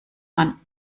man